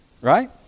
Right